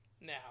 now